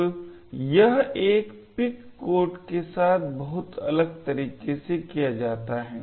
तो यह एक PIC कोड के साथ बहुत अलग तरीके से किया जाता है